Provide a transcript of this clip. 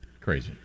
Crazy